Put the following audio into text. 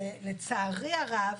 לצערי הרב,